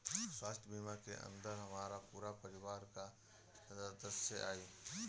स्वास्थ्य बीमा के अंदर हमार पूरा परिवार का सदस्य आई?